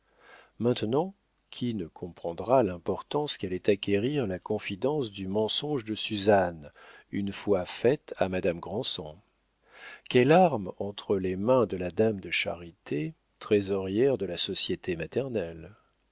maintenant qui ne comprendra l'importance qu'allait acquérir la confidence du mensonge de suzanne une fois faite à madame granson quelle arme entre les mains de la dame de charité trésorière de la société maternelle